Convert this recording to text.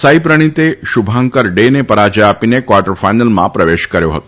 સાંઈપ્રણિતે શુભાંકર ડેને પરાજય આપીને ક્વાર્ટર ફાઈનલમાં પ્રવેશ કર્યો હતો